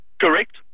Correct